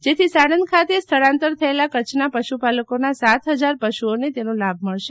જેથી સાણંદ ખાતે સ્થળાંતર થયેલા કરછના પશુ પાલકો ના સાત ફજાર પશુઓ ને તેનો લાભ મળશે